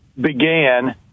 began